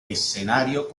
escenario